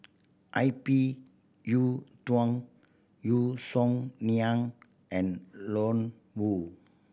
I P Yiu Tung Yeo Song Nian and Ian Woo